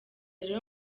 rero